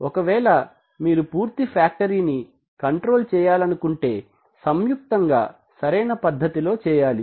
ఒకవేళ మీరు పూర్తి ఫ్యాక్టరీ ని కంట్రోల్ చేయాలనుకుంటే సంయుక్తంగా సరైన పద్దతిలో చేయాలి